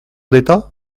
d’état